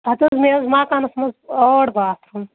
اَدٕ حظ مےٚ حظ مکانَس منٛز ٲٹھ باتھ روٗم